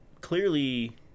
Clearly